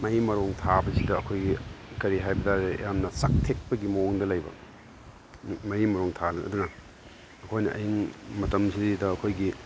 ꯃꯍꯩ ꯃꯔꯣꯡ ꯊꯥꯕꯁꯤꯗ ꯑꯩꯈꯣꯏꯒꯤ ꯀꯔꯤ ꯍꯥꯏꯕ ꯇꯥꯔꯦ ꯌꯥꯝꯅ ꯆꯥꯛꯊꯦꯛꯄꯒꯤ ꯃꯑꯣꯡꯗ ꯂꯩꯕ ꯃꯍꯩ ꯃꯔꯣꯡ ꯊꯥꯅ ꯑꯗꯨꯅ ꯑꯩꯈꯣꯏꯅ ꯃꯇꯝꯁꯤꯗꯩꯗ ꯑꯩꯈꯣꯏꯒꯤ